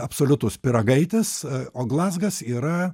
absoliutus pyragaitis o glazgas yra